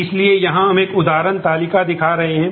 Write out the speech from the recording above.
इसलिए यहां हम एक उदाहरण तालिका दिखा रहे हैं